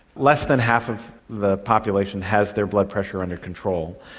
less than half of the population has their blood pressure under control,